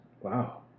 Wow